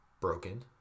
broken